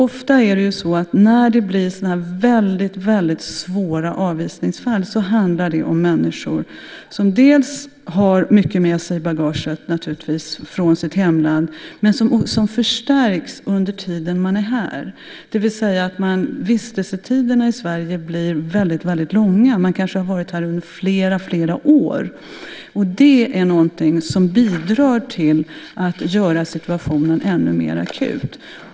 Ofta när det blir fråga om svåra avvisningsfall handlar det om människor som bland annat har mycket med sig i bagaget från sitt hemland, och detta förstärks under den tid de är här. Vistelsetiden i Sverige blir lång, och man har kanske varit här flera år. Det är något som bidrar till att göra situationen ännu mer akut.